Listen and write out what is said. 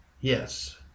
Yes